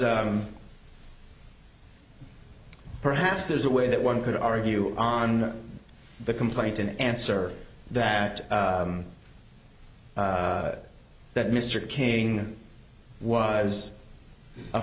perhaps there's a way that one could argue on the complaint in answer that that mr king was a